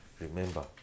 remember